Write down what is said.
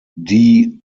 die